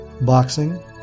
boxing